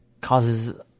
causes